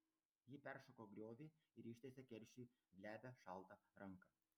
ji peršoko griovį ir ištiesė keršiui glebią šaltą ranką